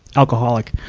alcoholic.